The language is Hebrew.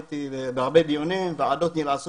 הייתי בהרבה דיונים והוועדות נמאסו